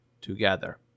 together